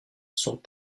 sont